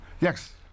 Yes